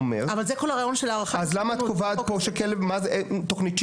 --- אבל זה כל הרעיון של הערכת המסוכנות.